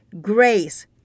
grace